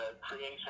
creation